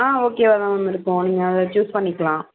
ஆ ஓகேவா தான் மேம் இருக்கும் நீங்கள் அதை சூஸ் பண்ணிக்கலாம்